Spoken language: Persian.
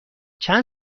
چند